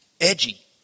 edgy